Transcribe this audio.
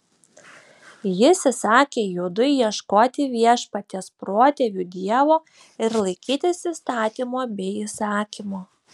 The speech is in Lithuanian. jis įsakė judui ieškoti viešpaties protėvių dievo ir laikytis įstatymo bei įsakymo